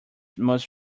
must